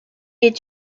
est